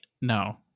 No